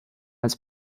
als